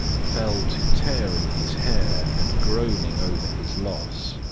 fell to tearing his hair and groaning over his loss.